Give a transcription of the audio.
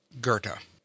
Goethe